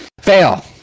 Fail